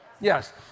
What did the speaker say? Yes